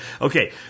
Okay